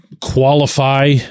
qualify